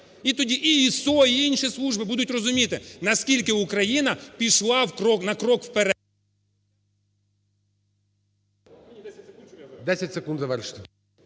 І тоді і ISO, і інші служби будуть розуміти, наскільки Україна пішла на крок вперед…